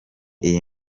iyi